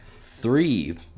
three